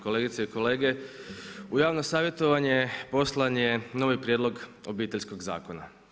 Kolegice i kolege, u javno savjetovanje poslan je novi prijedlog Obiteljskog zakona.